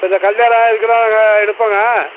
இந்த இதுக்கெல்லாம் நாங்கள் எடுப்போங்க